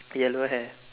yellow hair